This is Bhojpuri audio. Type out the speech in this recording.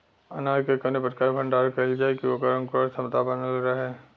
अनाज क कवने प्रकार भण्डारण कइल जाय कि वोकर अंकुरण क्षमता बनल रहे?